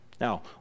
Now